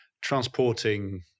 transporting